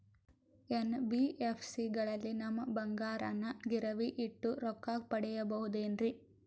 NBFC ಗಳಲ್ಲಿ ನಮ್ಮ ಬಂಗಾರನ ಗಿರಿವಿ ಇಟ್ಟು ರೊಕ್ಕ ಪಡೆಯಬಹುದೇನ್ರಿ?